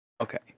Okay